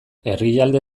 herrialde